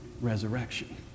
resurrection